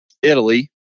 italy